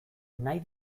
nahi